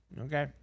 Okay